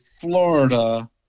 Florida